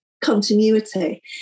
continuity